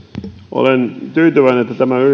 olen tyytyväinen että tämä yrittäjän perheenjäsenen